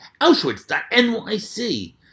Auschwitz.nyc